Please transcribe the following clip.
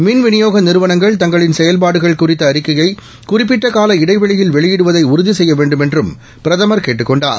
மின் விநியோக நிறுவனங்கள் தங்களின் செயல்பாடுகள் குறித்த அறிக்கையை குறிப்பிட்ட சால இடைவெளியில் வெளியிடுவதை உறுதி செய்ய வேண்டுமென்றும பிரதமர் கேட்டுக் கொண்டார்